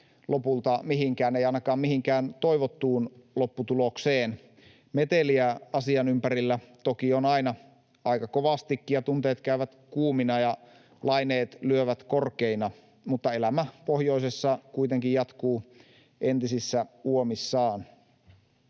lopulta mihinkään, ei ainakaan mihinkään toivottuun lopputulokseen. Meteliä asian ympärillä toki on aina aika kovastikin ja tunteet käyvät kuumina ja laineet lyövät korkeina, mutta elämä pohjoisessa kuitenkin jatkuu entisissä uomissaan.